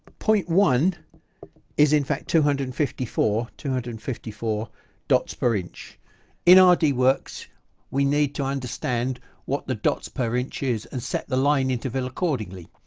point one is in fact two hundred and fifty four, two hundred and fifty four dots per inch in ah rdworks we need to understand what the dots per inch is and set the line interval accordingly.